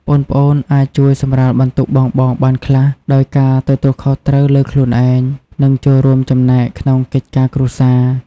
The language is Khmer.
ប្អូនៗអាចជួយសម្រាលបន្ទុកបងៗបានខ្លះ ដោយការទទួលខុសត្រូវលើខ្លួនឯង និងចូលរួមចំណែកក្នុងកិច្ចការគ្រួសារ។